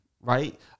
Right